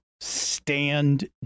stand